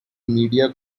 media